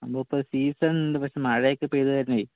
നമുക്ക് ഇപ്പോൾ സീസൺ ഉണ്ട് ഇപ്പോൾ മഴയൊക്കെ പെയ്ത കാരണമേ